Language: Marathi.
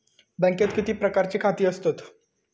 बँकेत किती प्रकारची खाती असतत?